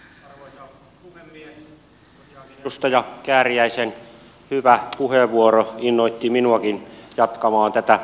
tosiaankin edustaja kääriäisen hyvä puheenvuoro innoitti minuakin jatkamaan tätä keskustelua